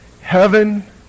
Heaven